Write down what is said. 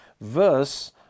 verse